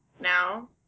now